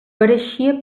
pareixia